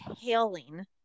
hailing